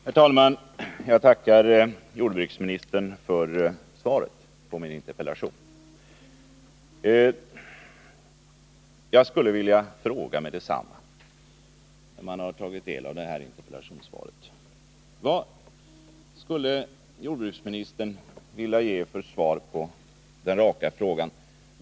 Herr talman! Jag tackar jordbruksministern för svaret på min interpellation. Jag vill genast — när jag nu har tagit del av det här interpellationssvaret, fråga jordbruksministern: Varför är det så här?